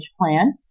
plan